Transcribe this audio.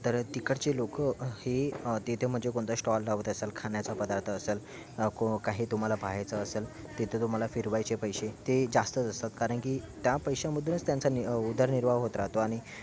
तर तिकडचे लोकं हे तिथे म्हणजे कोणता स्टॉल लावत असेल खाण्याचा पदार्थ असेल को काही तुम्हाला पाहायचं असेल तिथे तुम्हाला फिरवायचे पैसे ते जास्तच असतात कारण की त्या पैश्यामधूनच त्यांचा नि उदरनिर्वाह होत राहतो आणि